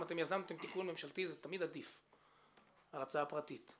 אם יזמתם תיקון ממשלתי זה תמיד עדיף על הצעה פרטית.